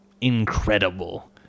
incredible